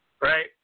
right